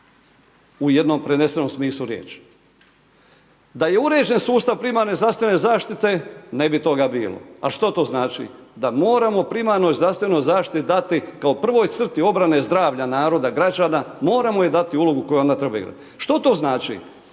u jednom prenesenom smislu riječi. Da je uređen sustav primarne zdravstvene zaštite ne bi toga bilo, a što to znači? Da moramo primarnoj zdravstvenoj zaštiti dati kao prvoj crti obrane zdravlja naroda građana, moramo joj dati ulogu koju onda treba imati. Što to znači?